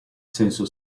senso